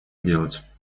делать